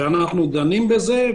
ואנו דנים בזה.